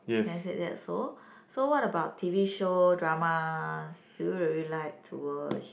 can said that so so what about T_V show dramas do you really like to watch